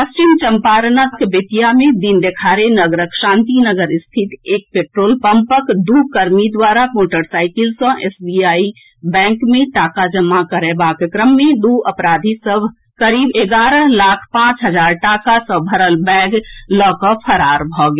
पश्चिम चंपारण जिलाक बेतिया मे दिन देखाड़े नगरक शांतिनगर स्थित एक पेट्रोल पंपक दू कर्मी द्वारा मोटरसाइकिल सँ एसबीआई बैंक मे टाका जमा करएबाक क्रम मे दू अपराधी करीब एगारह लाख पाँच हजार टाका सँ भरल बैग लऽ कऽ फरार भऽ गेल